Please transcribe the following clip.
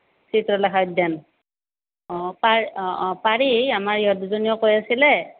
চিত্ৰলেখা উদ্য়ান অঁ অঁ অঁ পাৰি আমাৰ ইহঁত দুজনীয়েও কৈ আছিলে